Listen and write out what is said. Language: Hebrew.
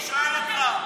אני שואל אותך.